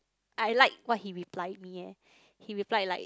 I like what he reply me eh he reply like